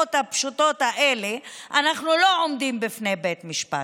מההאשמות הפשוטות האלה אנחנו לא עומדים בפני בית משפט.